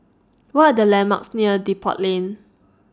What Are The landmarks near Depot Lane